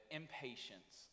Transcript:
impatience